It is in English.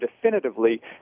definitively